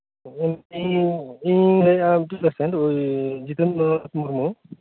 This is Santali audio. ᱦᱮᱸ ᱤᱧ ᱞᱟᱹᱭᱮᱫᱟ ᱢᱤᱫᱴᱮᱱ ᱯᱮᱥᱮᱱᱴ ᱡᱤᱛᱮᱱᱫᱨᱚ ᱢᱩᱨᱢᱩ